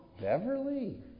Beverly